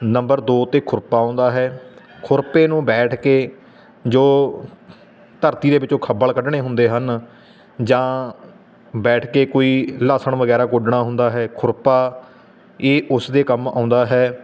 number ਦੋ 'ਤੇ ਖੁਰਪਾ ਆਉਂਦਾ ਹੈ ਖੁਰਪੇ ਨੂੰ ਬੈਠ ਕੇ ਜੋ ਧਰਤੀ ਦੇ ਵਿੱਚੋਂ ਖੱਬਲ ਕੱਢਣੇ ਹੁੰਦੇ ਹਨ ਜਾਂ ਬੈਠ ਕੇ ਕੋਈ ਲੱਸਣ ਵਗੈਰਾ ਗੁੱਡਣਾ ਹੁੰਦਾ ਹੈ ਖੁਰਪਾ ਇਹ ਉਸ ਦੇ ਕੰਮ ਆਉਂਦਾ ਹੈ